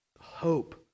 hope